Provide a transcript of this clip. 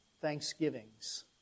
thanksgivings